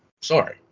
Sorry